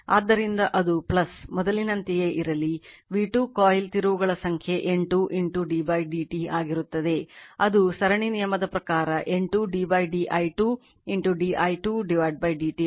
ಆದ್ದರಿಂದ ಅದು ಮೊದಲಿನಂತೆಯೇ ಇರಲಿ v2 ಕಾಯಿಲ್ ತಿರುವುಗಳ ಸಂಖ್ಯೆ N 2 d dt ಆಗಿರುತ್ತದೆ ಅದು ಸರಣಿ ನಿಯಮದ ಪ್ರಕಾರ N 2 d di2 di2 dt ಆಗಿರುತ್ತದೆ ಆದ್ದರಿಂದ ಇದು di2 dt